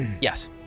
yes